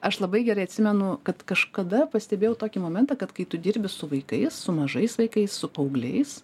aš labai gerai atsimenu kad kažkada pastebėjau tokį momentą kad kai tu dirbi su vaikais su mažais vaikais su paaugliais